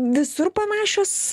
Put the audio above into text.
visur panašios